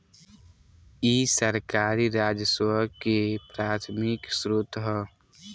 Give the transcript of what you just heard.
इ सरकारी राजस्व के प्राथमिक स्रोत ह